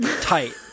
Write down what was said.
Tight